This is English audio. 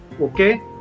okay